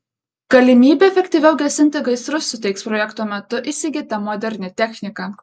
galimybę efektyviau gesinti gaisrus suteiks projekto metu įsigyta moderni technika